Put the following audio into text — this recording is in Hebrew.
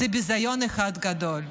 זה ביזיון אחד גדול.